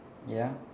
ya